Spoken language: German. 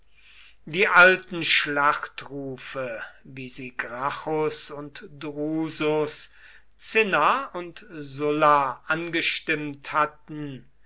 die alten schlachtrufe wie sie gracchus und drusus cinna und sulla angestimmt hatten